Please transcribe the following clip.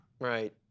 Right